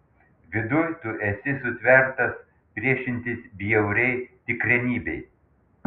viduj tu esi sutvertas priešintis bjauriai tikrenybei